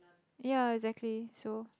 ya exactly so